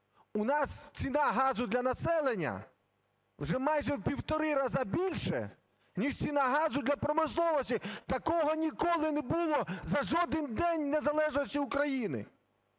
у нас ціна газу для населення вже майже в півтора рази більша, ніж ціна газу для промисловості. Такого ніколи не було за жоден день незалежності України!